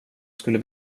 skulle